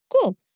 cool